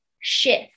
shift